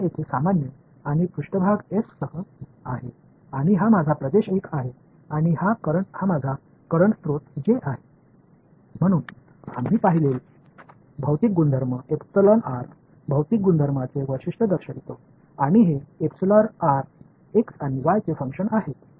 எனவே இது மீண்டும் எங்கள் வடிவியல் இது எனது இயல்பான பகுதி 2 மற்றும் மேற்பரப்பு S மற்றும் இது எனது பகுதி 1 மற்றும் இது எனது தற்போதைய மூலம் J எனவே நாம் ஏற்கனவே பார்த்த பொருள் பண்புகள் பொருள் பண்புகளை வகைப்படுத்துகின்றன இந்த x மற்றும் y இன் செயல்பாடாக இருக்கும்